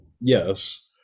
Yes